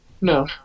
No